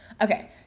Okay